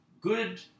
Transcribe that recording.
good